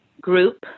Group